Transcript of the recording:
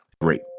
Great